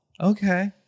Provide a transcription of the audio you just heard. okay